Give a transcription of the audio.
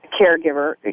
caregiver